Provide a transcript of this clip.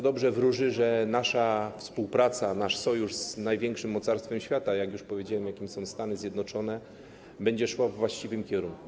Dobrze wróży to, że nasza współpraca z największym mocarstwem świata, jak już powiedziałem, jakim są Stany Zjednoczone, będzie szła we właściwym kierunku.